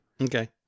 Okay